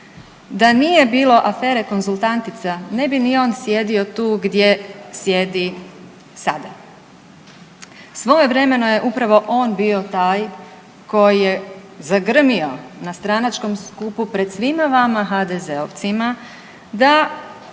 da nije bilo afere Konzultantica na bi ni on sjedio tu gdje sjedi sada. Svojevremeno je upravo on bio taj koji je zagrmio na stranačkom skupu pred svima HDZ-ovcima da